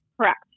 Correct